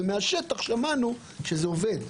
ומהשטח שמענו שזה עובד.